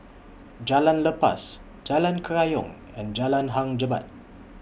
Jalan Lepas Jalan Kerayong and Jalan Hang Jebat